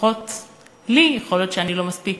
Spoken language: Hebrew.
לפחות לי, יכול להיות שאני לא מספיק